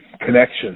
connection